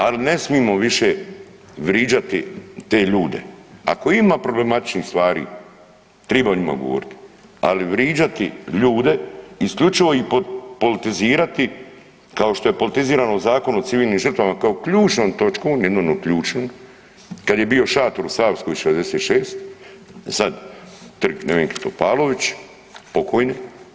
Ali ne smimo više vriđati te ljude, ako ima problematičnih stvari triba o njima govoriti, ali vriđati ljude, isključivo ih politizirati, kao što je politizirano u Zakonu o civilnim žrtvama, kao ključnom točkom, jednom od ključnih, kad je bio šator u Savskoj 66, sad Trg Nevenke Topalović, pokojne.